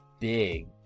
big